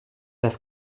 das